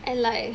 and like